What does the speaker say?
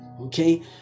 okay